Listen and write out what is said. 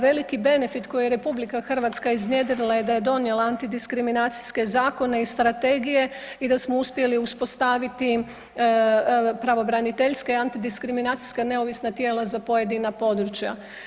Veliki benefit koji je Republika Hrvatska iznjedrila je da je donijela antidiskriminacijske zakone i strategije i da smo uspjeli uspostaviti pravobraniteljske i antidiskriminacijska neovisna tijela za pojedina područja.